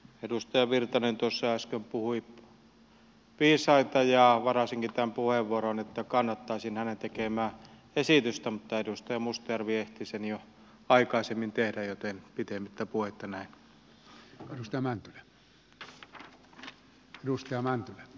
edustaja virtanen tuossa äsken puhui viisaita ja varasinkin tämän puheenvuoron että kannattaisin hänen tekemäänsä esitystä mutta edustaja mustajärvi ehti sen jo aikaisemmin tehdä joten pitemmittä puheitta näin